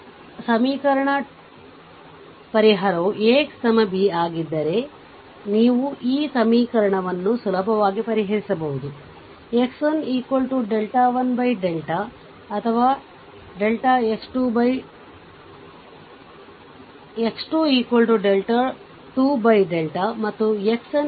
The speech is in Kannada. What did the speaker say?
10 ಸಮೀಕರಣದ ಪರಿಹಾರವು AX B ಆಗಿದ್ದರೆ ನೀವು ಈ ಸಮೀಕರಣವನ್ನು ಸುಲಭವಾಗಿ ಪರಿಹರಿಸಬಹುದು x11 ಅಥವಾ x22 ಮತ್ತು xn ವರೆಗೆ n